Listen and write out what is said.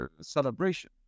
celebration